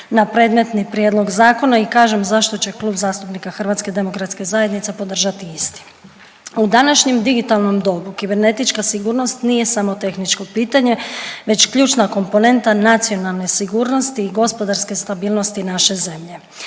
na predmetni prijedlog zakona i kažem zašto će Klub zastupnika HDZ-a podržati isti. U današnjem digitalnom dobu kibernetička sigurnost nije samo tehničko pitanje već ključna komponenta nacionalne sigurnosti i gospodarske stabilnosti naše zemlje.